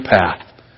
path